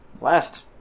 last